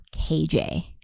KJ